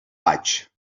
vaig